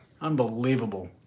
Unbelievable